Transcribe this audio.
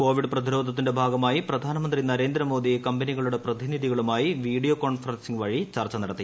Covid പ്രതിരോധത്തിന്റെ ഭാഗമായി പ്രധാനമന്ത്രി നരേന്ദ്രമോദി കമ്പനികളുടെ പ്രതിനിധികളുമായി വീഡിയോ കോൺഫറൻസിങ്ങ് വഴി ചർച്ച നടത്തി